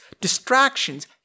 distractions